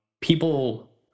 people